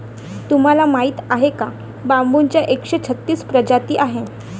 तुम्हाला माहीत आहे का बांबूच्या एकशे छत्तीस प्रजाती आहेत